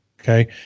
Okay